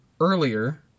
earlier